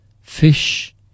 fish